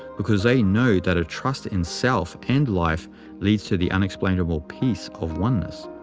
because they know that a trust in self and life leads to the unexplainable peace of oneness.